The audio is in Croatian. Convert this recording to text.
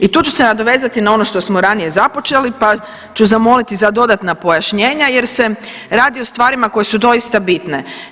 I tu ću se nadovezati na ono što smo ranije započeli pa ću zamoliti za dodatna pojašnjenja jer se radi o stvarima koji su doista bitne.